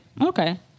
Okay